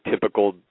typical